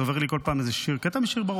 עובר לי כל פעם קטע בראש,